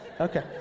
Okay